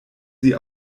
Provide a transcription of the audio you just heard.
sie